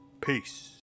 Peace